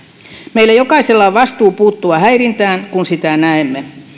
meillä jokaisella on vastuu puuttua häirintään kun sitä näemme